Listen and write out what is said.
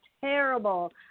terrible